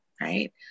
right